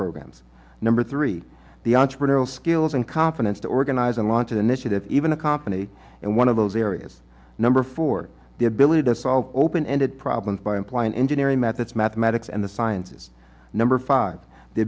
programs number three the entrepreneurial skills and confidence to organize and launch an initiative even a company and one of those areas number four the ability to solve open ended problems by employing engineering math its mathematics and the sciences number five the